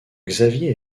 xavier